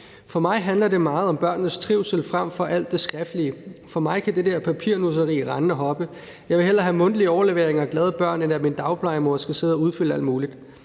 »For mig handler det meget om børnenes trivsel frem for alt det skriftlige. For mig kan det der papirnusseri rende og hoppe. Jeg vil hellere have mundtlige overleveringer og glade børn, end at min dagplejemor skal sidde og udfylde alt muligt.«